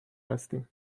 هستیم